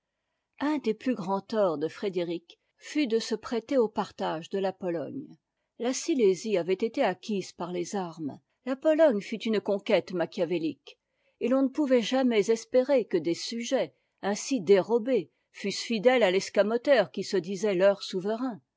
un des plus grands torts de frédéric fut de se prêter au partage de la pologne la sijésie avait été acquise par les armes la pologne fut une conquête machiavélique et l'on ne pouvait jamais espérer que des sujets ainsi dérobés fussent ddètes à l'escamoteur qui se disait leur souve